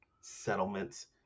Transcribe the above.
settlements